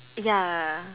ya